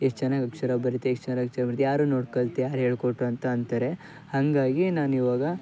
ಎಷ್ಟು ಚೆನ್ನಾಗಿ ಅಕ್ಷರ ಬರಿತಿಯಾ ಎಷ್ಟು ಚೆನ್ನಾಗಿ ಅಕ್ಷರ ಬರಿತಿಯಾ ಯಾರು ನೋಡಿ ಕಲ್ತಿಯಾ ಯಾರು ಹೇಳ್ಕೊಟ್ರು ಅಂತ ಅಂತಾರೆ ಹಾಗಾಗಿ ನಂಗೆ ಇವಾಗ